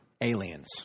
aliens